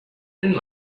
and